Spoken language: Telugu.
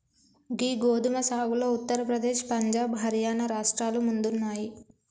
గీ గోదుమ సాగులో ఉత్తర ప్రదేశ్, పంజాబ్, హర్యానా రాష్ట్రాలు ముందున్నాయి